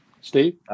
steve